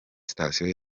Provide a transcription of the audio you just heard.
station